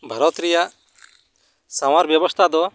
ᱵᱷᱟᱚᱛ ᱨᱮᱭᱟᱜ ᱥᱟᱶᱟᱨ ᱵᱮᱵᱚᱥᱛᱟ ᱫᱚ